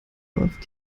läuft